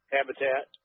Habitat